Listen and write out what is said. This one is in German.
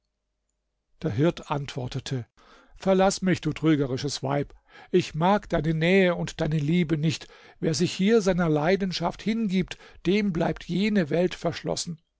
der hirt antwortete verlaß mich du trügerisches weib ich mag deine nähe und deine liebe nicht wer sich hier seiner leidenschaft hingibt dem bleibt jene welt verschlossen